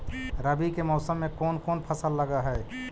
रवि के मौसम में कोन कोन फसल लग है?